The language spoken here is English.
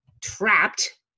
trapped